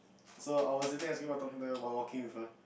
so I was eating ice cream while talking to her while walking with her